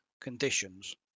conditions